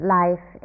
life